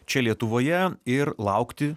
čia lietuvoje ir laukti